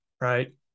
right